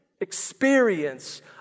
experience